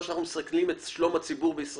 אני לא חושב שאותו גורם זר מסכן את שלום הציבור בישראל.